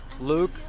Luke